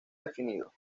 definido